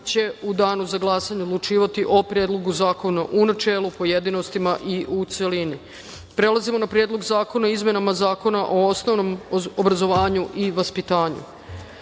će u danu za glasanje odlučivati o Predlogu zakona, u načelu i u pojedinostima i u celini. Prelazimo na Predlog zakona o izmenama Zakona o osnovnom obrazovanju i vaspitanju. Primili